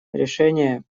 решения